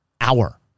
hour